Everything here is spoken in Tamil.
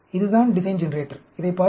இதுதான் டிசைன் ஜெனரேட்டர் இதைப் பாருங்கள்